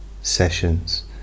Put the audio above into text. sessions